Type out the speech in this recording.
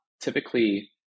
Typically